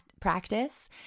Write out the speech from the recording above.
Practice